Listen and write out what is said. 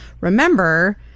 Remember